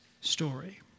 story